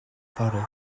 fory